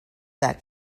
that